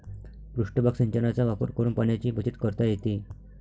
पृष्ठभाग सिंचनाचा वापर करून पाण्याची बचत करता येते